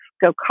go